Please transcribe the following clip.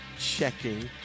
checking